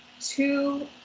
two